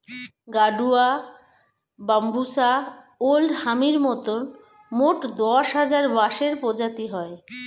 গাডুয়া, বাম্বুষা ওল্ড হামির মতন মোট দশ হাজার বাঁশের প্রজাতি হয়